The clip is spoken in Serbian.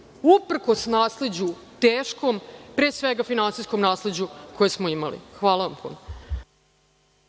uprkos nasleđu teškom, pre svega finansijskom nasleđu koje smo imali. Hvala vam